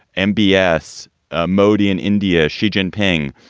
m b a s ah modi in india. xi jinping,